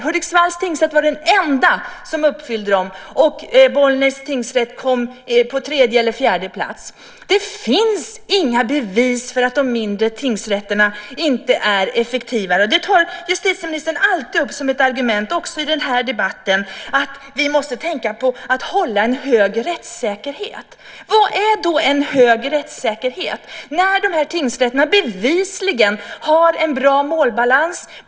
Hudiksvalls tingsrätt var den enda som uppfyllde dem. Bollnäs tingsrätt kom på tredje eller fjärde plats. Det finns inga bevis för att de mindre tingsrätterna inte är effektivare. Det tar justitieministern alltid upp som ett argument, också i den här debatten, att vi måste tänka på att hålla en hög rättssäkerhet. Vad är då en hög rättssäkerhet? De här tingsrätterna har bevisligen en bra målbalans.